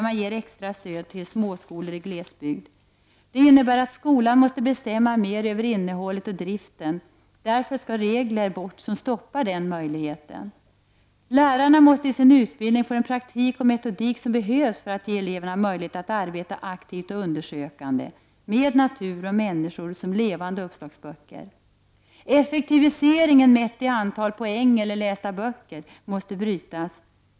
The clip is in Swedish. Man ger extra stöd till småskolor i glesbygd. Det innebär att skolan måste bestämma mer över innehållet och driften. Därför måste regler som stoppar denna möjlighet tas bort. Lärarna måste i sin utbildning få den praktik och metodik som behövs för att ge eleverna möjlighet att arbeta aktivt och undersökande med natur och människor som levande uppslagsböcker. Effektiviseringen mätt i antal poäng eller lästa böcker måste brytas.